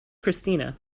christina